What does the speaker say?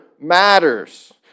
matters